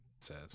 says